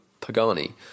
Pagani